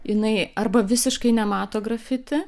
jinai arba visiškai nemato grafiti